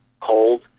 cold